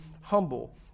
Humble